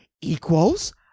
equals